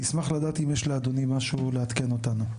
אני אשמח לדעת אם יש לאדוני משהו לעדכן בו אותנו.